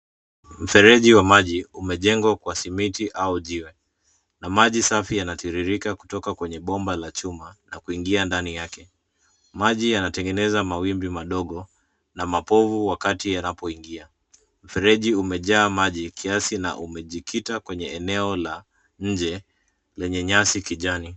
Mfereji wa maji, umejengwa kwa simiti au jiwe na maji safi yanatiririka kutoka kwenye bomba la chuma nakuingia ndani yake. Maji yanatengeneza mawimbi madogo na mapovu wakati yanapoingia. Mfereji umejaa maji kiasi na umejikita kwenye eneo la nje lenye nyasi kijani.